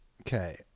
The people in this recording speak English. Okay